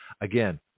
Again